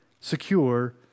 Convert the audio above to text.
secure